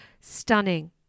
Stunning